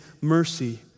mercy